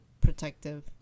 protective